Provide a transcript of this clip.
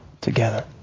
together